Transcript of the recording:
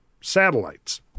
satellites